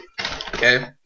Okay